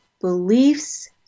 beliefs